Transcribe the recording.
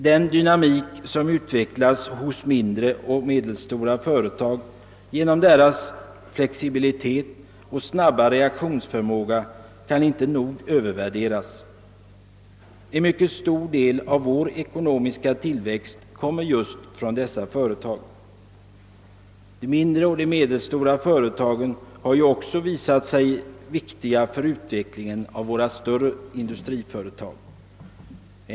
Den dynamik som utvecklas hos våra mindre och medelstora företag genom deras flexibilitet och snabba reaktionsförmåga kan inte nog värderas. En mycket stor del av vår ekonomiska tillväxt kommer från just dessa företag. De mindre och de medelstora företagen har också visat sig viktiga för utvecklingen av våra större industriföretag.